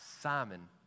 Simon